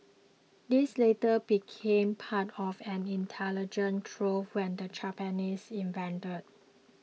these later became part of an intelligence trove when the Japanese invaded